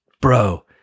bro